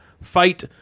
fight